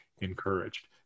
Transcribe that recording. encouraged